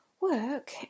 work